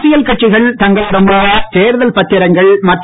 அரசியல் கட்சிகள் தங்களிடம் உள்ள தேர்தல் பத்திரங்கள் மற்றும்